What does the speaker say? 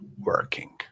working